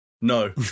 No